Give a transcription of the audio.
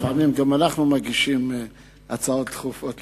לפעמים גם אנחנו מגישים הצעות דחופות לסדר-היום.